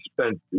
spent